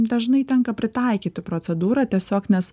dažnai tenka pritaikyti procedūrą tiesiog nes